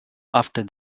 after